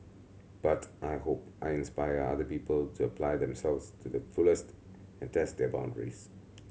but I hope I inspire other people to apply themselves to the fullest and test their boundaries